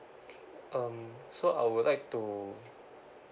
um so I would like to